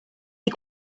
des